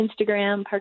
Instagram